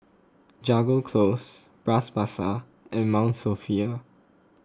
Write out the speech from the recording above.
Jago Close Bras Basah and Mount Sophia